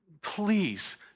please